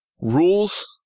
rules